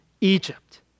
Egypt